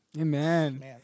Amen